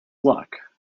luck